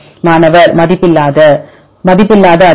மாணவர் மதிப்பில்லாத மதிப்பு இல்லாத அதிர்வெண்